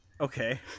Okay